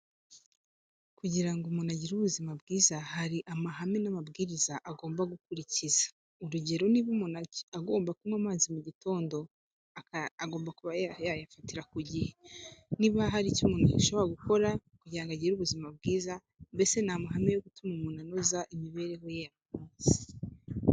Kugira ngo umuntu agire ubuzima bwiza, hari amahame n'amabwiriza, agomba gukurikiza. Urugero niba umuntu agomba kunywa amazi mu igitondo, agomba kuba yayafatira ku igihe. Niba hari icyo umuntu yashobora gukora, kugira ngo agire ubuzima bwiza, mbese ni amahame yo gutuma umuntu anoza, imibereho ye yose.